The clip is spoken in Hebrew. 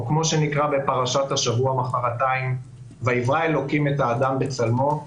או כמו שנקרא בפרשת השבוע: "ויברא אלוקים את האדם בצלמו,